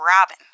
Robin